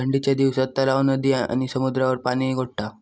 ठंडीच्या दिवसात तलाव, नदी आणि समुद्रावर पाणि गोठता